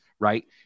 right